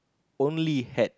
only had